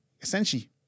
essentially